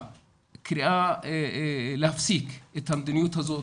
קריאה להפסיק את המדיניות ה זאת,